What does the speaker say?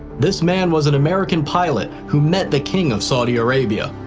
this man was an american pilot who met the king of saudi arabia.